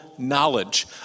Knowledge